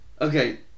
Okay